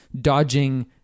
dodging